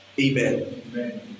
Amen